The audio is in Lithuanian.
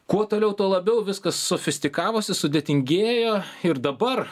kuo toliau tuo labiau viskas sofistikavosi sudėtingėjo ir dabar